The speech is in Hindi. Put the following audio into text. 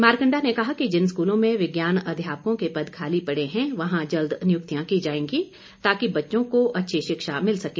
मारकंडा ने कहा कि जिन स्कूलों में विज्ञान अध्यापकों के पद खाली पड़े हैं वहां जल्द नियुक्तियां की जाएंगी ताकि बच्चों को अच्छी शिक्षा मिल सके